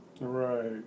right